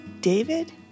David